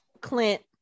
clint